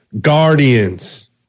Guardians